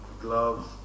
gloves